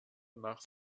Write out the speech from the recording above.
nach